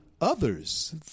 others